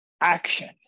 action